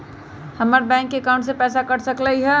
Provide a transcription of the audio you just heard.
हमर bank account से पैसा कट सकलइ ह?